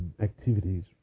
activities